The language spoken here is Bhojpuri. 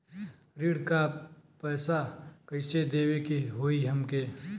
ऋण का पैसा कइसे देवे के होई हमके?